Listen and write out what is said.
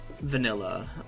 Vanilla